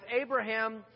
Abraham